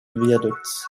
viaducts